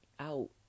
out